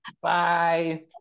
Bye